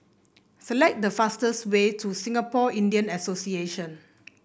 select the fastest way to Singapore Indian Association